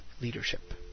Leadership